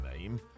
name